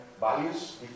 values